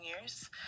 years